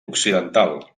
occidental